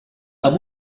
amb